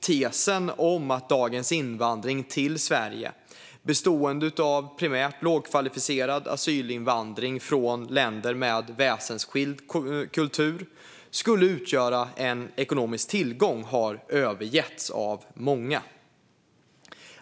Tesen om att dagens invandring till Sverige, bestående av primärt lågkvalificerad asylinvandring från länder med väsensskild kultur, skulle utgöra en ekonomisk tillgång har övergetts av många.